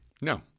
No